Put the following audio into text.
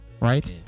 right